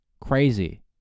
Crazy